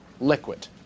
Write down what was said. liquid